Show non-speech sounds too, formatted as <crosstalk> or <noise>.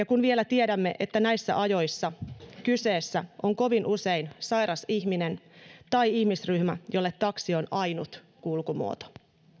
<unintelligible> kun vielä tiedämme että näissä ajoissa kyseessä on kovin usein sairas ihminen tai ihmisryhmä jolle taksi on ainut kulkumuoto